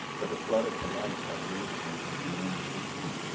but it brought it to life by raising em and then releasing em.